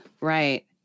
right